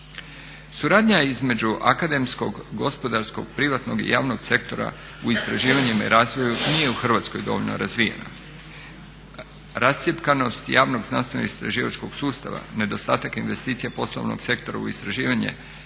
Suradnja između akademskog, gospodarskog, privatnog i javnog sektora u istraživanjima i razvoju nije u Hrvatskoj dovoljno razvijena. Rascjepkanost javnog znanstvenog istraživačkog sustava, nedostatak investicija poslovnog sektora u istraživanje